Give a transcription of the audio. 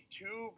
two